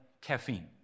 caffeine